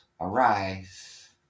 arise